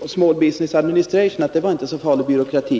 om Small Business Administration att den inte var så farligt byråkratisk.